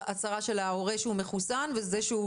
הצהרה של ההורה שהוא מחוסן וזה שהוא